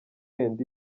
end